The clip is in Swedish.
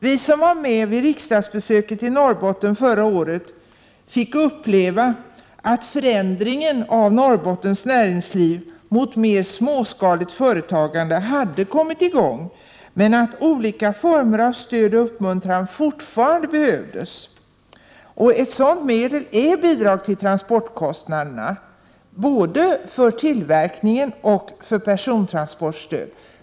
Vi som var med på riksdagsbesöket i Norrbotten förra året fick uppleva att förändringen av Norrbottens näringsliv mot mer småskaligt företagande hade kommit i gång men att olika former av stöd och uppmuntran fortfarande behövdes. Ett sådant stöd är bidrag till transportkostnaderna, och det gäller både tillverkning och persontransport.